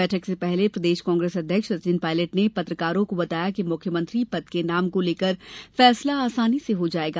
बैठक से पहले प्रदेश कांग्रेस अध्यक्ष सचिन पायलट ने पत्रकारों को बताया कि मुख्यामंत्री पद के नाम को लेकर फैसला आसानी से हो जाएगा